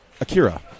Akira